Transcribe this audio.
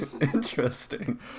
Interesting